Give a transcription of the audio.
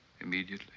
Immediately